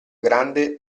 grande